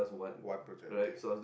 what project okay